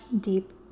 deep